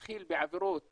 מתחיל בעבירות